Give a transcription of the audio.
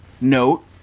note